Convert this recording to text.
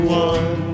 one